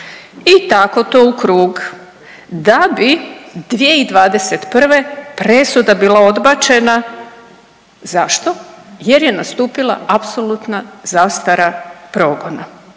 i tako to u krug, da bi 2021. presuda bila odbačena. Zašto? Jer je nastupila apsolutna zastara progona.